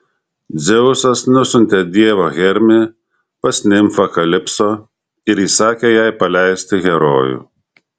dzeusas nusiuntė dievą hermį pas nimfą kalipso ir įsakė jai paleisti herojų